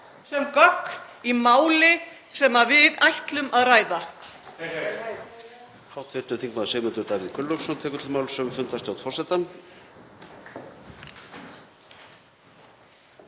sem gögn í máli sem við ætlum að ræða?